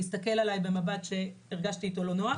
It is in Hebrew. הסתכל עליי במבט שהרגשתי איתו לא נוח"